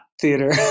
Theater